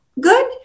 good